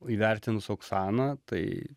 įvertinus oksaną tai